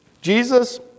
Jesus